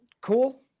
Cool